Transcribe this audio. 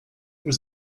was